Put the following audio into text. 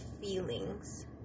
feelings